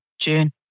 June